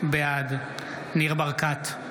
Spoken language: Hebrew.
בעד ניר ברקת,